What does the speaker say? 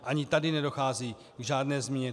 Ani tady nedochází k žádné změně.